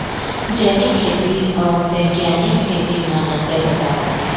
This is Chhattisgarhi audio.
जैविक खेती अऊ बैग्यानिक खेती म अंतर बतावा?